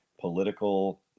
political